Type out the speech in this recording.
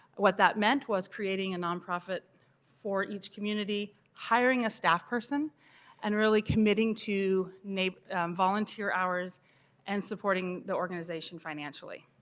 what that meant was creating a nonprofit for each community hiring a staff person and really committing to volunteer hours and supporting the organization financially.